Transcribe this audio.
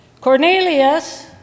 Cornelius